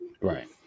Right